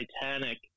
Titanic